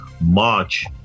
March